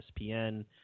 ESPN